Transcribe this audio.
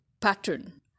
pattern